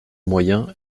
moyen